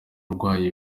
urwaye